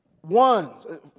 One